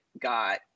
Got